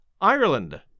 Ireland